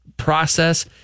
process